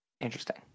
interesting